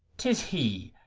tis he,